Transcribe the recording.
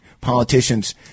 politicians